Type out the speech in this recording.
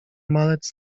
malec